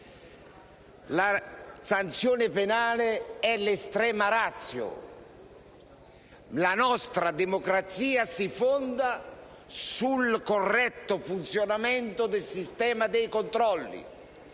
La sanzione penale è l'*extrema ratio*; la nostra democrazia si fonda sul corretto funzionamento del sistema dei controlli